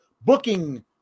booking